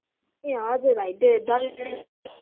ए हजुर भाइ